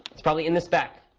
it's probably in this spec.